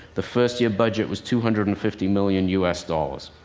the first year budget was two hundred and fifty million us dollars.